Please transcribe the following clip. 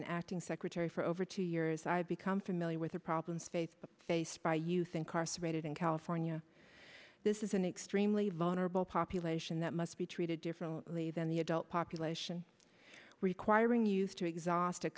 and acting secretary for over two years i have become familiar with the problem faith faced by you think are separated in california this is an extremely vulnerable population that must be treated differently than the adult population requiring used to exhaust a